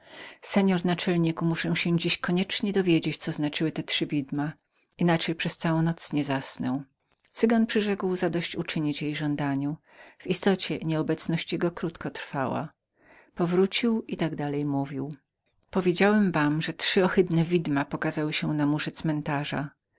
mości naczelniku muszę się dziś koniecznie dowiedzieć co znaczyły te trzy widma inaczej przez całą noc nie zasnę cygan przyrzekł zadość uczynić jej żądaniu w istocie nieobecność jego krótko trwała powrócił i tak dalej mówił powiedziałem wam że trzy ohydne widma pokazały się na parkanie cmentarza